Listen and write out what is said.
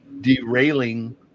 derailing